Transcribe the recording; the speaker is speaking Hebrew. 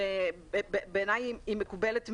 ובעיניי היא מקובלת מאוד.